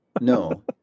no